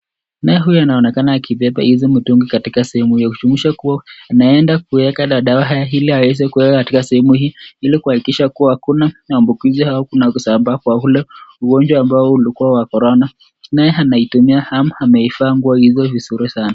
Naye huyu anaonekana akibeba hizi mtungi katika sehemu hiyo inadhirisha kuwa anaenda kuweka madawa hili aweze kuweka katika sehemu hii, hili kuhakikisha kuwa hakuna maambukizi au hakuna kusambaa kwa ule ugonjwa ambao ulikua wa korona nae anaitumia ama ameivaa nguo hizo vizuri sana.